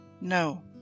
No